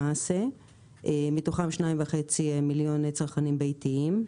מתוכם 2.5 מיליון צרכנים ביתיים.